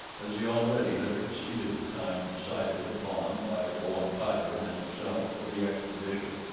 as he already had exceeded the time decided upon by bowen tyler and himself for the expedition.